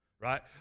right